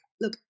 look